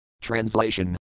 Translation